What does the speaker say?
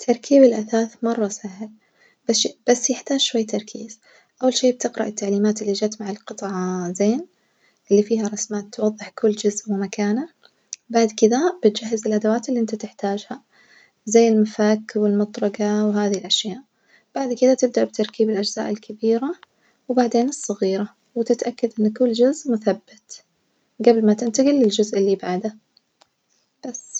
تركيب الأثاث مرة سهل بش- بس يحتاج شوية تركيز، أول شي بتقرأ التعليمات اللي جت مع القطعة زين الفيها رسمات توضح كل جسم ومكانه بعد كدة بتجهز الأدوات الانت تحتاجها زي المفك والمطرجة وهذي الأشياء، بعد كدة تبدأ بتركيب الأجزاء الكبيرة وبعدين الصغيرة وتتأكد إن كل جزء مثبت جبل ما تنتجل للجزء البعده بس.